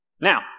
Now